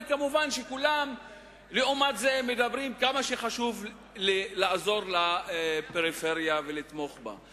ומובן שלעומת זה כולם מדברים כמה חשוב לעזור לפריפריה ולתמוך בה.